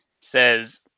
says